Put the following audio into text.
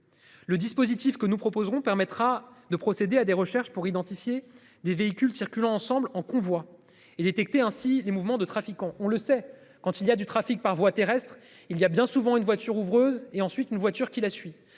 le dispositif que nous proposerons permettra de procéder à des recherches pour identifier des véhicules circulant ensemble en convoi. Et détecter ainsi les mouvements de trafic on on le sait quand il y a du trafic par voie terrestre. Il y a bien souvent une voiture ouvreuse et ensuite une voiture qui la suit.